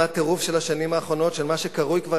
מהטירוף של השנים האחרונות של מה שקרוי כבר